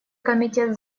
комитет